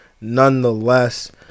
nonetheless